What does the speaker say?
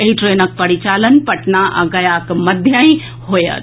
एहि ट्रेनक परिचालन पटना आ गयाक मध्यहि होयत